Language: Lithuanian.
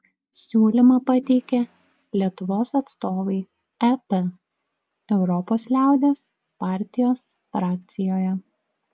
siūlymą pateikė lietuvos atstovai ep europos liaudies partijos frakcijoje